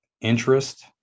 interest